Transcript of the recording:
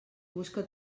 busca